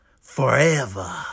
forever